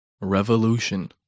Revolution